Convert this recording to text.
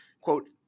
Quote